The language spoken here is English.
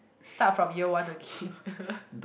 start from year one again